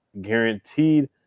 guaranteed